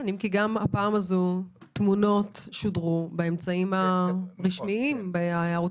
אם כי בפעם הזו תמונות שודרו בערוצי הטלוויזיה הרשמיים.